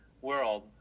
world